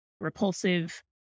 repulsive